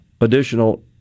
additional